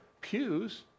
pews